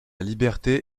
liberté